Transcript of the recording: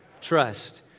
Trust